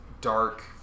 dark